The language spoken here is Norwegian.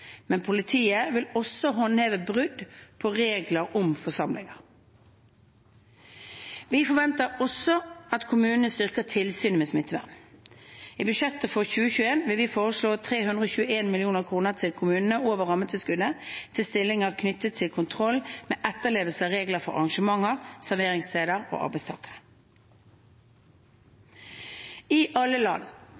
Politiet vil også håndheve brudd på regler om forsamlinger. Vi forventer også at kommuner styrker tilsynet med smittevern. I budsjettet for 2021 foreslår vi 321 mill. kr til kommunene over rammetilskuddet til stillinger knyttet til kontroll med etterlevelsen av reglene for arrangementer, serveringssteder og arbeidstakere.